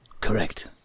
Correct